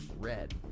red